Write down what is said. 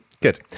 Good